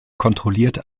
kontrolliert